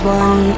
one